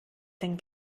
denn